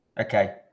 okay